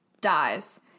dies